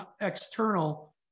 external